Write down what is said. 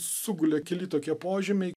sugulė keli tokie požymiai